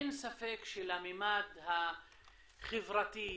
אין ספק שלממד החברתי,